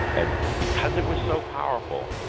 and because it was so powerful,